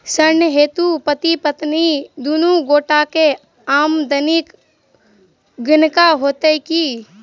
ऋण हेतु पति पत्नी दुनू गोटा केँ आमदनीक गणना होइत की?